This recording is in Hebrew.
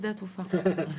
בשדה התעופה.